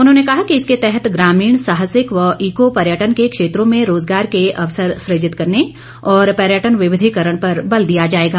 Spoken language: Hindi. उन्होंने कहा कि इसके तहत ग्रामीण साहसिक व ईको पर्यटन के क्षेत्रों में रोजगार के अवसर सुजित करने और पर्यटन विविधिकरण पर बल दिया जाएगा